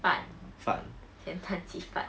饭咸蛋鸡饭